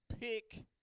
pick